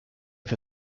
for